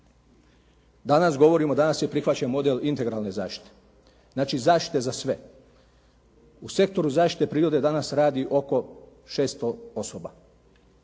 Danas govorimo, danas je prihvaćen model integralne zaštite. Znači zaštite za sve. U sektoru zaštite prirode danas radi oko 600 osoba.